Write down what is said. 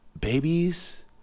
Babies